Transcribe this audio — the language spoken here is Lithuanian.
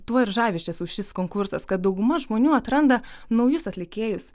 tuo ir žavi iš tiesų šis konkursas kad dauguma žmonių atranda naujus atlikėjus